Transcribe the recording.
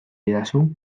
didazu